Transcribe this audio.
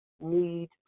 need